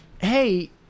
Hey